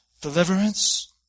deliverance